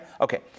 okay